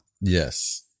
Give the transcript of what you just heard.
Yes